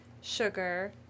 sugar